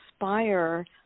inspire